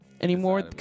anymore